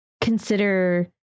consider